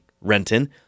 Renton